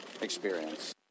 experience